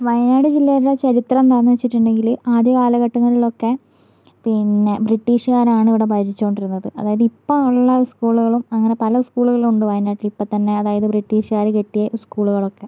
വയനാട് ജില്ലയിലെ ചരിത്രം എന്താന്ന് വെച്ചിട്ടുണ്ടെങ്കില് ആദ്യ കാലഘട്ടങ്ങളിലൊക്കെ പിന്നെ ബ്രിട്ടീഷ്കാരാണ് ഇവിടെ ഭരിച്ചോണ്ടിരുന്നത് അതായത് ഇപ്പോ ഉള്ള സ്കൂളുകളും അങ്ങനെ പല സ്കൂളുകളുമുണ്ട് വായനാട്ടില് ഇപ്പോത്തന്നെ അതായത് ബ്രിട്ടീഷ്കാര് കെട്ടിയ സ്കൂളുകളൊക്കെ